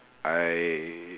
I